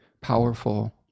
powerful